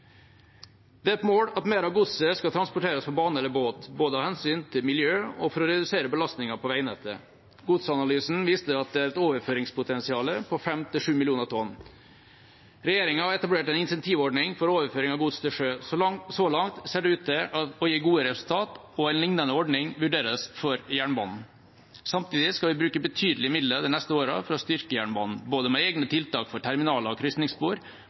Det er et mål at mer av godset skal transporteres på bane eller båt, både av hensyn til miljøet og for å redusere belastningen på veinettet. Godsanalysen viste at det er et overføringspotensial på 5 til 7 mill. tonn. Regjeringa har etablert en incentivordning for overføring av gods til sjø. Så langt ser det ut til å gi gode resultater, og en lignende ordning vurderes for jernbanen. Samtidig skal vi bruke betydelige midler de neste årene for å styrke jernbanen, både med egne tiltak for